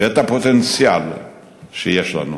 ואת הפוטנציאל שיש לנו,